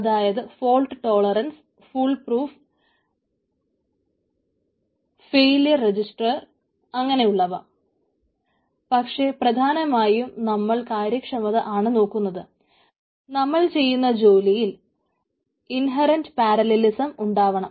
അതായത് fault tolerance full proof ഉണ്ടാവണം